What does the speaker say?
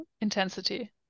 intensity